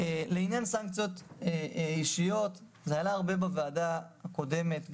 לעניין סנקציות אישיות: זה עלה הרבה בוועדה הקודמת.